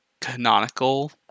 canonical